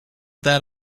that